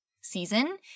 season